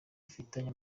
bafitanye